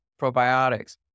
probiotics